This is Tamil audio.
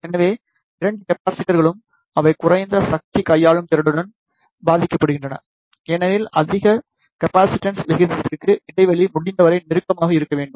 எனவே இரண்டு கெப்பாஸிட்டர்களும் அவை குறைந்த சக்தி கையாளும் திறனுடன் பாதிக்கப்படுகின்றன ஏனெனில் அதிக கெப்பாசிடன்ஸ் விகிதத்திற்கு இடைவெளி முடிந்தவரை நெருக்கமாக இருக்க வேண்டும்